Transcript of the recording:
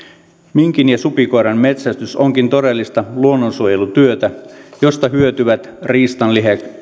minkin ja supikoiran metsästys onkin todellista luonnonsuojelutyötä josta hyötyvät riistan